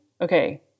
Okay